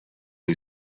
who